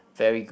very good